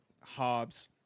Hobbs